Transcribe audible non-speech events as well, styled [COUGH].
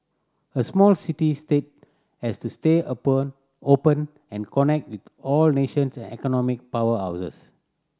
a small city state has to stay [UNINTELLIGIBLE] open and connect with all nations and economic powerhouses